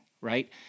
right